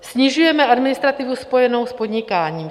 Snižujeme administrativu spojenou s podnikáním.